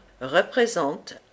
représente